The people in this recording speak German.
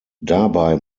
dabei